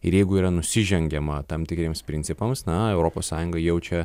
ir jeigu yra nusižengiama tam tikriems principams na europos sąjunga jaučia